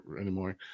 anymore